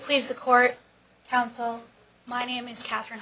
please the court counsel my name is katherine